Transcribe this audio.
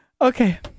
Okay